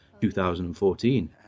2014